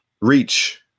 reach